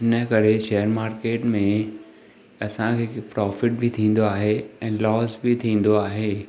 इन करे share market में असांखे प्रॉफिट बि थींदो आहे ऐं लॉस बि थींदो आहे